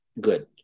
good